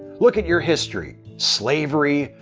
look at your history slavery,